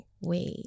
wait